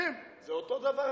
אתם משחילים את זה פנימה,